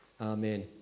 Amen